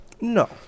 No